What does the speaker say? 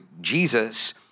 Jesus